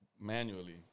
manually